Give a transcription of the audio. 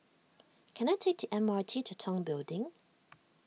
can I take T M R T to Tong Building